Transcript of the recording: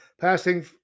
passing